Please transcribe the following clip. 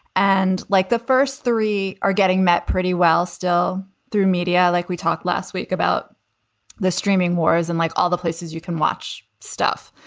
and like the first three are getting met pretty well still through media, like we talked last week about the streaming wars and like all the places you can watch stuff.